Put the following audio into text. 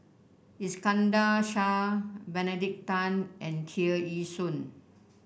Iskandar Shah Benedict Tan and Tear Ee Soon